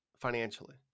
financially